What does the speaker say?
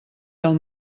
del